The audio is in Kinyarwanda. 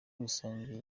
rusange